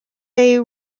bay